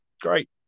Great